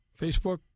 Facebook